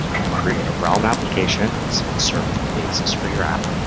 we'll create a realm application that's going to serve as the basis for your app.